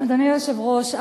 אדוני היושב-ראש,